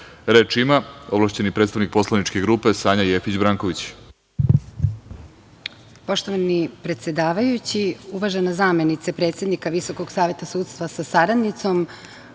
ima ovlašćeni predstavnik poslaničke grupe Sanja Jefić Branković.